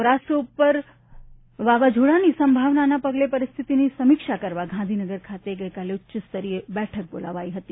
સૌરાષ્ટ્ર કચ્છ ઉપર વાવાઝોડાની સંભાવનાના પગલે પરિસ્થિતિની સમીક્ષા કરવા ગાંધીનગર ખાતે ઉચ્ચસ્તરની બેઠક બોલાવાઇ હતી